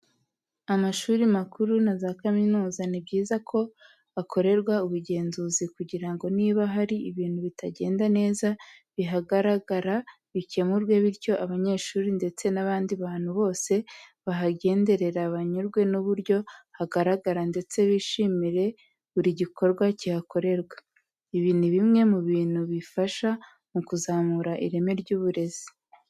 Amashuri makuru na za kaminuza ni byiza ko akorerwa ubugenzuzi kugira ngo niba hari ibintu bitagenda neza bihagaragara bikemurwe bityo abanyehuri ndetse n'abandi bantu bose bahagenderera banyurwe n'uburyo hagaragara ndetse bishimire buri gikorwa cyihakorerwa. Ibi ni bimwe mu bintu bifasha mu kuzamura ireme ry'uburezi.